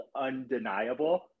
Undeniable